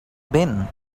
been